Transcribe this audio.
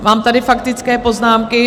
Mám tady faktické poznámky.